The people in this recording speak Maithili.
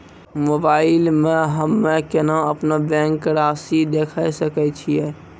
मोबाइल मे हम्मय केना अपनो बैंक रासि देखय सकय छियै?